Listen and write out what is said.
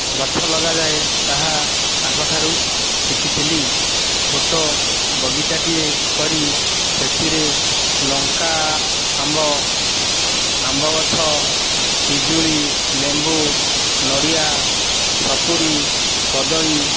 ଗଛ ଲଗାଯାଏ ତାହା ତାଙ୍କଠାରୁ ଶିଖିଥିଲି ଛୋଟ ବଗିଚାଟିଏ କରି ସେଥିରେ ଲଙ୍କା ଆମ୍ବ ଆମ୍ବ ଗଛ ପିଜୁଳି ଲେମ୍ଭୁ ନଡ଼ିଆ ସପୁରି କଦଳୀ